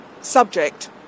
subject